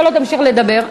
אתה לא תמשיך לדבר,